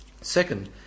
second